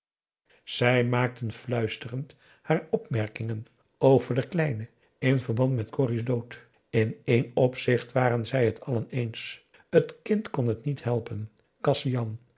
zij maakten fluisterend haar opmerkingen over den kleine in verband met corrie's dood in één opzicht waren zij het allen eens t kind kon het niet helpen kasian t